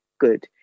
good